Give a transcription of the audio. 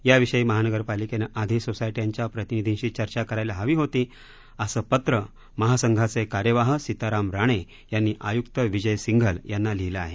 याविषयी महानगरपालिकेने आधी सोसायट्यांच्या प्रतिनिधींशी चर्चा करायला हवी होती असं पत्र महासंघाचे कार्यवाह सीताराम राणे यांनी आयुक्त विजय सिंघल यांना लिहीलं आहे